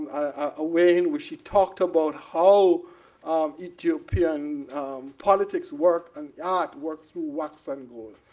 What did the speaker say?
a way in which he talked about how um ethiopian politics work and art work through wax and gold.